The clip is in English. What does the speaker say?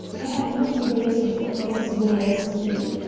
i had not waited for a possible rescue.